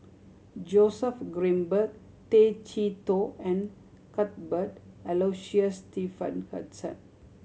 Joseph Grimberg Tay Chee Toh and Cuthbert Aloysius Shepherdson